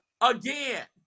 again